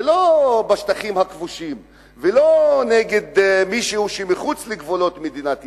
זה לא בשטחים הכבושים ולא נגד מישהו שמחוץ לגבולות מדינת ישראל,